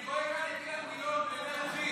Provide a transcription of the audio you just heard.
אני רואה כאן את אילן גילאון, בוכה.